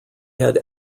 had